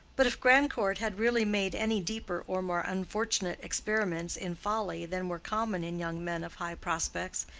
but if grandcourt had really made any deeper or more unfortunate experiments in folly than were common in young men of high prospects,